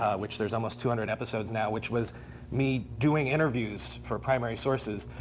which there's almost two hundred episodes now, which was me doing interviews for primary sources.